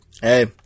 Hey